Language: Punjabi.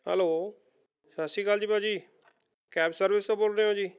ਹੈਲੋ ਸਤਿ ਸ਼੍ਰੀ ਅਕਾਲ ਜੀ ਭਾਅ ਜੀ ਕੈਬ ਸਰਵਿਸ ਤੋਂ ਬੋਲ ਰਹੇ ਹੋ ਜੀ